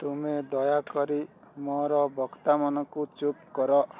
ତୁମେ ଦୟାକରି ମୋର ବକ୍ତାମାନଙ୍କୁ ଚୁପ୍ କର